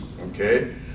okay